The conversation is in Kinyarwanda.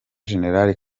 gen